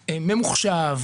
ממוחשב,